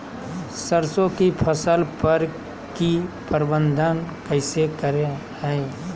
सरसों की फसल पर की प्रबंधन कैसे करें हैय?